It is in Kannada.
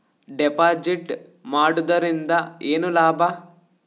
ಡೆಪಾಜಿಟ್ ಮಾಡುದರಿಂದ ಏನು ಲಾಭ?